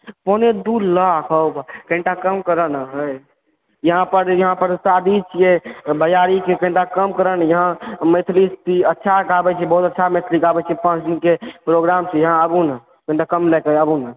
पौने दू लाख हाउ भए कनि तऽ कम करय ने है यहाँ पर यहाँ पर शादी छिये भय्यारीके कनि तऽ कम करऽ ने यहाँ मैथिली अच्छा गाबै छी बहुत अच्छा मैथली गाबै छी पाँच दिनके प्रोग्राम छियै अहाँ आबुने कनि तऽ कम लऽ कऽ आबुने